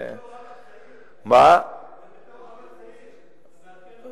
זה בתור אבא צעיר, מעדכן אותך.